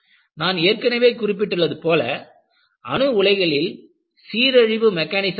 நான் ஏற்கனவே குறிப்பிட்டது போல அணு உலைகளில் சீரழிவு மெக்கானிசம் உள்ளன